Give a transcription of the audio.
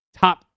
top